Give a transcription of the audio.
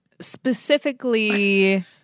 Specifically